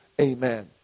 amen